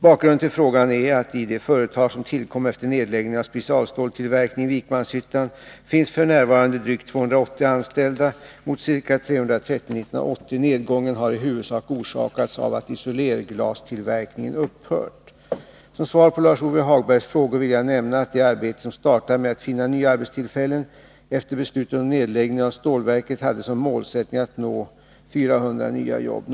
Bakgrunden till frågan är att det i de företag som tillkom efter nedläggningen av specialstålstillverkningen i Vikmanshyttan f. n. finns drygt 280 anställda, mot ca 330 år 1980. Nedgången har i huvudsak orsakats av att isolerglastillverkningen upphört. Som svar på Lars-Ove Hagbergs frågor vill jag nämna att det arbete som startade med att finna nya arbetstillfällen efter beslutet om nedläggningen av stålverket hade som målsättning att nå 400 nya jobb.